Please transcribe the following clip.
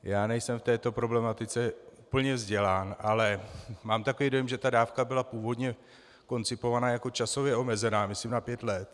Já nejsem v této problematice úplně vzdělán, ale mám takový dojem, že ta dávka byla původně koncipována jako časově omezená myslím na pět let.